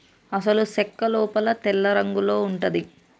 అసలు సెక్క లోపల తెల్లరంగులో ఉంటది